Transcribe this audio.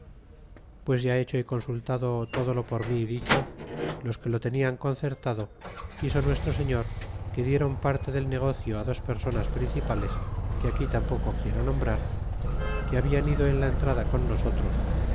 pues ya hecho y consultado todo lo por mí dicho los que lo tenian concertado quiso nuestro señor que dieron parte del negocio á dos personas principales que aquí tampoco quiero nombrar que hablan ido en la entrada con nosotros